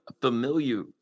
familiar